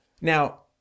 Now